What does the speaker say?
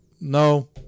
No